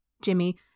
Jimmy